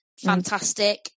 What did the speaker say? fantastic